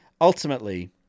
ultimately